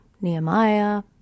Nehemiah